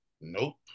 Nope